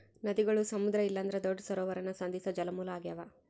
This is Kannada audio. ನದಿಗುಳು ಸಮುದ್ರ ಇಲ್ಲಂದ್ರ ದೊಡ್ಡ ಸರೋವರಾನ ಸಂಧಿಸೋ ಜಲಮೂಲ ಆಗ್ಯಾವ